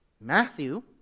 Matthew